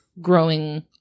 growing